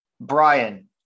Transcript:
Brian